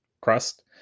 crust